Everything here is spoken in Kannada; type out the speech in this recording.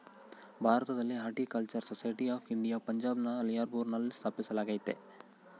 ಭಾರತದಲ್ಲಿ ಹಾರ್ಟಿಕಲ್ಚರಲ್ ಸೊಸೈಟಿ ಆಫ್ ಇಂಡಿಯಾ ಪಂಜಾಬ್ನ ಲಿಯಾಲ್ಪುರ್ನಲ್ಲ ಸ್ಥಾಪಿಸಲಾಗ್ಯತೆ